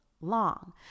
long